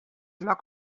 loc